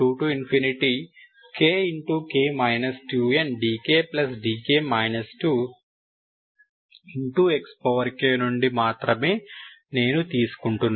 ఇక్కడ k2kk 2ndkdk 2xkనుండి మాత్రమే నేను తీసుకుంటున్నాను